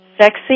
Sexy